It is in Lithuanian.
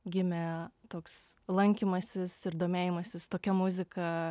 gimė toks lankymasis ir domėjimasis tokia muzika